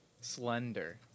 slender